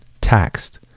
taxed